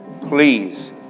Please